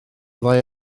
ddau